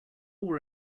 were